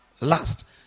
last